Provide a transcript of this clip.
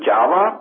Java